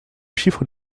chiffre